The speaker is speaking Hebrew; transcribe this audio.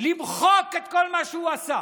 למחוק את כל מה שהוא עשה,